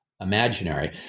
imaginary